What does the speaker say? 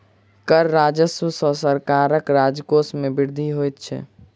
कर राजस्व सॅ सरकारक राजकोश मे वृद्धि होइत छै